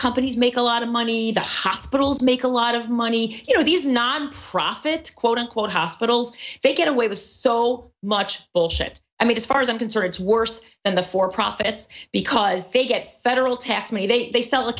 companies make a lot of money the hospitals make a lot of money you know these not profit quote unquote hospitals they get away with so much bullshit i mean as far as i'm concerned it's worse than the for profits because they get federal tax money they they sell a